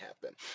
happen